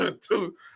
Two